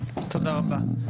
תודה רבה.